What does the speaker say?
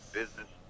business